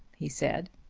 he said.